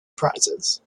prizes